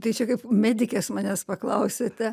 tai čia kaip medikės manęs paklausėte